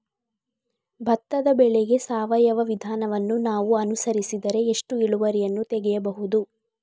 ಭತ್ತದ ಬೆಳೆಗೆ ಸಾವಯವ ವಿಧಾನವನ್ನು ನಾವು ಅನುಸರಿಸಿದರೆ ಎಷ್ಟು ಇಳುವರಿಯನ್ನು ತೆಗೆಯಬಹುದು?